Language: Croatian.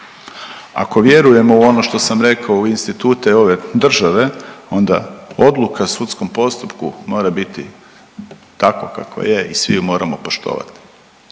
Ako vjerujemo u ono što sam rekao u institute ove države onda odluka sudskom postupku mora biti takva kakva je i svi ju moramo poštovati.